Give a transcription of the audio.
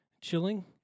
Chilling